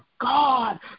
God